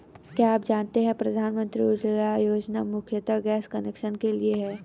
क्या आप जानते है प्रधानमंत्री उज्ज्वला योजना मुख्यतः गैस कनेक्शन के लिए है?